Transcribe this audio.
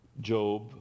Job